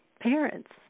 parents